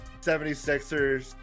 76ers